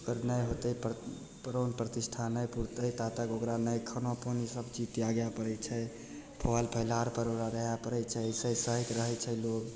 ओकर नहि होतै प्राण प्राण प्रतिष्ठा नहि पुरतै ता तक ओकरा नहि खाना पानी सबचीज त्यागै पड़ै छै फल फलहारपर ओकरा रहै पड़ै छै सहिके रहै छै लोक